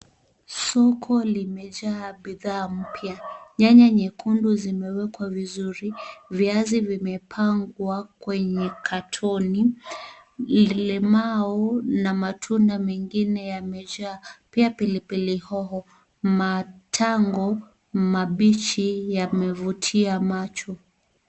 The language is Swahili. Soko limejaa bidhaa mpya. Nyanya nyekundu zimewekwa vizuri, viazi vimepangwa kwenye katoni. Limau na matunda mengine yamejaa pia pilipili hoho. Matango mabichi yamevutia macho.